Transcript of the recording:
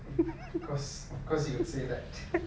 of course of course you would say that